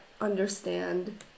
understand